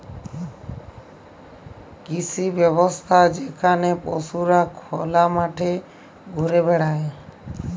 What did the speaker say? কৃষি ব্যবস্থা যেখালে পশুরা খলা মাঠে ঘুরে বেড়ায়